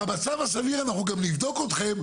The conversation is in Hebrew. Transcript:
במצב הסביר אנחנו גם נבדוק אתכם,